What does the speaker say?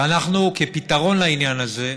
ואנחנו, כפתרון לעניין הזה,